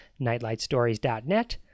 Nightlightstories.net